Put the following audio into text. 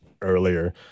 earlier